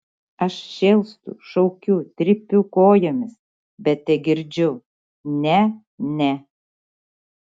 aš šėlstu šaukiu trypiu kojomis bet tegirdžiu ne ne